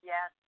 Yes